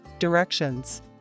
directions